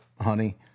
honey